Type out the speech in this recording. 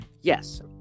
Yes